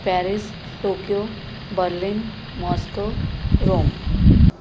Paris Tokyo Berlin Moscow Rome